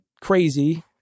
crazy